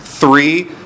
three